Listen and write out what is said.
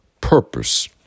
Purpose